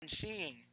seeing